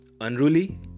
unruly